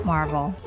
Marvel